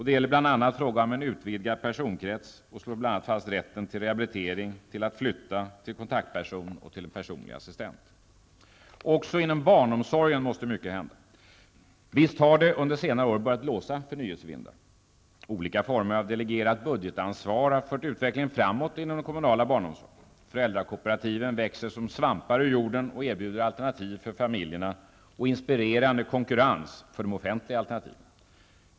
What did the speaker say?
Det gäller bl.a. frågor samt utvidgad personkrets samt, rätten till rehabilitering, flyttning, kontaktperson och personlig assistent. Också inom barnomsorgen måste mycket hända. Visst har det under senare år börjat blåsa förnyelsevindar. Olika former av delegerat budgetansvar har fört utvecklingen framåt inom den kommunala barnomsorgen. Föräldrakooperativen växer som svampar ur jorden och erbjuder alternativ för familjerna och inspirerande konkurrens för de offentliga alternativen.